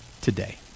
today